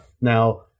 Now